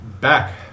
back